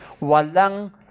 Walang